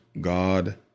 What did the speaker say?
God